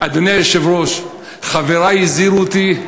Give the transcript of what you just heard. אדוני היושב-ראש, חברי הזהירו אותי: